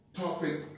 topic